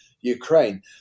Ukraine